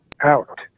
out